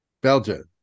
Belgium